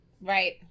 right